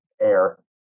air